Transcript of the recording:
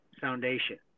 foundation